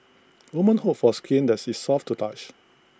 women hope for skin that is soft to touch